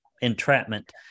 entrapment